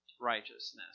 righteousness